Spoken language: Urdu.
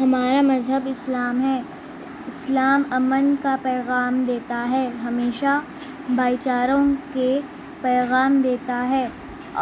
ہمارا مذہب اسلام ہے اسلام امن کا پیغام دیتا ہے ہمیشہ بھائی چاروں کے پیغام دیتا ہے